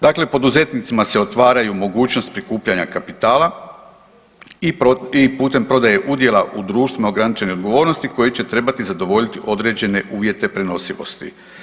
Dakle, poduzetnicima se otvaraju mogućnosti prikupljanja kapitala i putem prodaje udjela u društvima ograničene odgovornosti koji će trebati zadovoljiti određene uvjete prenosivosti.